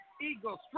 Eagles